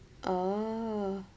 oo